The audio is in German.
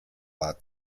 war